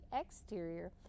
exterior